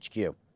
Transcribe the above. HQ